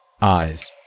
Eyes